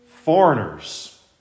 Foreigners